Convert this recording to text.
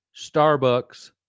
Starbucks